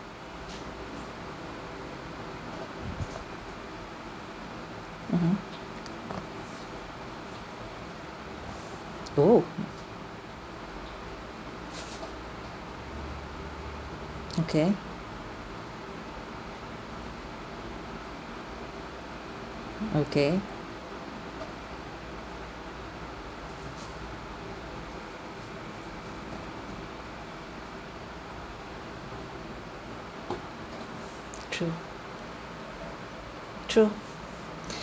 mmhmm oh okay okay true true